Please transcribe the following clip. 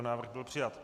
Návrh byl přijat.